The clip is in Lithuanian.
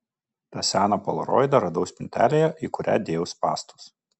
tą seną polaroidą radau spintelėje į kurią dėjau spąstus